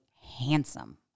handsome